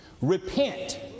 Repent